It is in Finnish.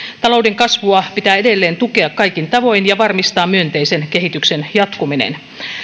talouden kasvua pitää edelleen tukea kaikin tavoin ja varmistaa myönteisen kehityksen jatkuminen